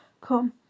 come